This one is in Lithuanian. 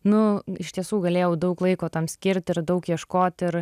nu iš tiesų galėjau daug laiko tam skirt ir daug ieškot ir